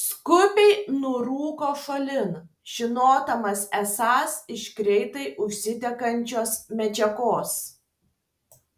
skubiai nurūko šalin žinodamas esąs iš greitai užsidegančios medžiagos